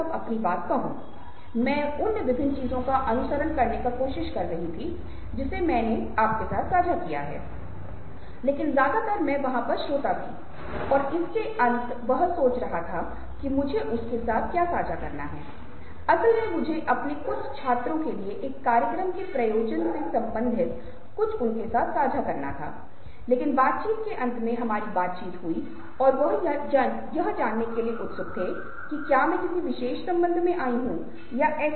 इसलिए की बाद में हम सूक्ष्म अभिव्यक्तियों का विश्लेषण और खोज कर सके तो यह एकदिलचस्प क्षेत्र है जहां धोखेबाज अभिव्यक्तियों की पहचान की जा सकती है अगर किसी ने सूक्ष्म अभिव्यक्तियों को छलांग लगाई है और ये आमतौर पर सामाजिक संदर्भों में होते हैं